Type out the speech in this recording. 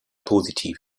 positiv